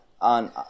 on